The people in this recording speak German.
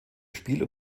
spiel